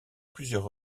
plusieurs